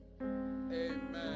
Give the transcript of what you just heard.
Amen